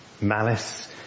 malice